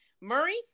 Murray